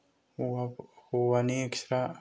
हौवानि एकस्त्रा